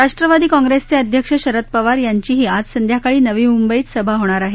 राष्ट्रवादी काँग्रेसचे अध्यक्ष शरद पवार यांचीही आज संध्याकाळी नवी मुंबईत सभा होणार आहे